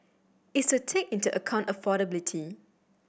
is to take into account affordability